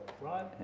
right